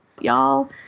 y'all